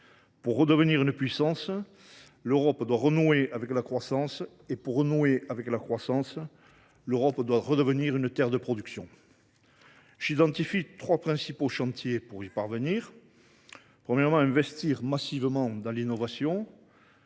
Pour redevenir une puissance, l’Europe doit renouer avec la croissance. Pour ce faire, elle doit redevenir une terre de production. J’identifie trois principaux chantiers pour y parvenir : investir massivement dans l’innovation